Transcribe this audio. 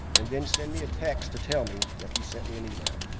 and then send me a text to tell me that you sent me an email.